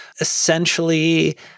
essentially